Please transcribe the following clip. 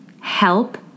help